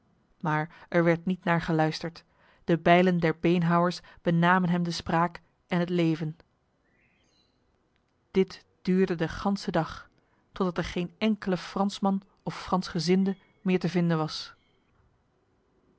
maar er werd niet naar geluisterd de bijlen der beenhouwers benamen hem de spraak en het leven dit duurde de ganse dag totdat er geen enkele fransman of fransgezinde meer te vinden was